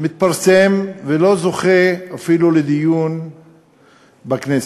מתפרסם ולא זוכה אפילו לדיון בכנסת.